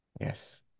Yes